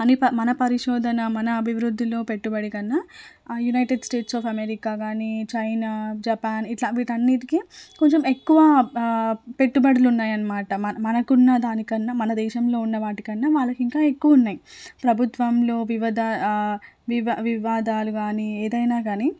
అని మన పరిశోధన మన అభివృద్ధిలో పెట్టుబడి కన్నా యునైటెడ్ స్టేట్స్ ఆఫ్ అమెరికా కానీ చైనా జపాన్ ఇట్లా వీటన్నిటికి కొంచెం ఎక్కువ పెట్టుబడులున్నాయన్నమాట మనకున్న దాని కన్నా మన దేశంలో ఉన్నవాటి కన్నా వాళ్ళకింకా ఎక్కువున్నాయ్ ప్రభుత్వంలో వివిధ వివ వివాదాలు కానీ ఏదైనా కానీ